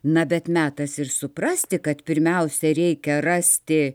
na bet metas ir suprasti kad pirmiausia reikia rasti